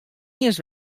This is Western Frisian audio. iens